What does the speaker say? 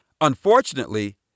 Unfortunately